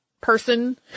person